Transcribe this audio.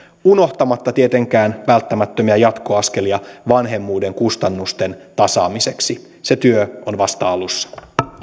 unohtamatta tietenkään välttämättömiä jatkoaskelia vanhemmuuden kustannusten tasaamiseksi se työ on vasta alussa